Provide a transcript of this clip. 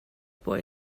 boy